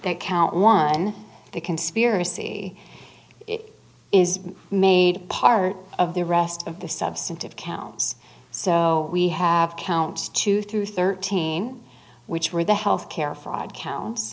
that count one the conspiracy is made part of the rest of the substantive counts so we have counts two through thirteen which were the health care fraud counts